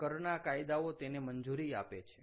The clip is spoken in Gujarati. કરના કાયદાઓ તેને મંજૂરી આપે છે